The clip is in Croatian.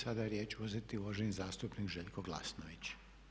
Sada će riječ uzeti uvaženi zastupnik Željko Glasnovnić.